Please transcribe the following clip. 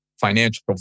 financial